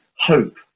hope